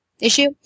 issue